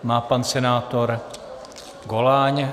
Má pan senátor Goláň.